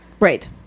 Right